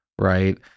right